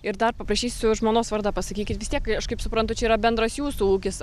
ir dar paprašysiu žmonos vardą pasakykit vis tiek kai aš kaip suprantu čia yra bendras jūsų ūkis